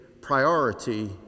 priority